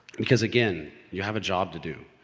because again, you have a job to do.